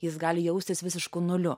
jis gali jaustis visišku nuliu